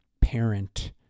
parent